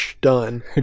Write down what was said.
done